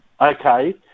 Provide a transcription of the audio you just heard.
Okay